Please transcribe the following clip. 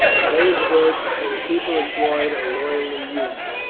the pay is good, and the people employed are loyally used.